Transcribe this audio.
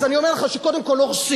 אז אני אומר לך שקודם כול הורסים,